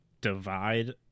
divide